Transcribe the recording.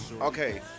okay